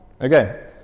Okay